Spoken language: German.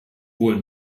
wohl